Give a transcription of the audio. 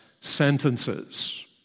sentences